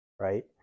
Right